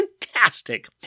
Fantastic